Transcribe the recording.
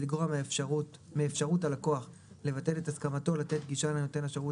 לגרוע מאפשרות הלקוח לבטל את הסכמתו לתת גישה לנותן השירות